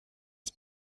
die